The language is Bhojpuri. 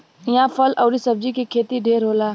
इहां फल आउर सब्जी के खेती ढेर होला